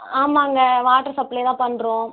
ஆமாங்க வாட்டர் சப்ளைதான் பண்ணுறோம்